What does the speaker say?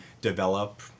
develop